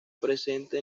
presente